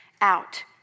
out